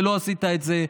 ולא עשית את זה.